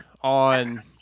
on